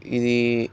ఇది